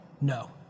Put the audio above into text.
No